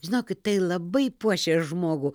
žinokit tai labai puošia žmogų